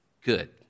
good